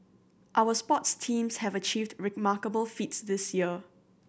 our sports teams have achieved remarkable feats this year